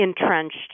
entrenched